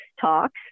talks